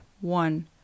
one